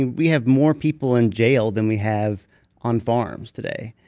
and we have more people in jail than we have on farms today,